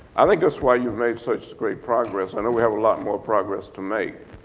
i think that's why you've made such great progress, i know we have a lot more progress to make.